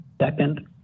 Second